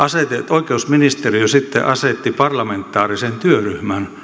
oikeusministeriö sitten asetti parlamentaarisen työryhmän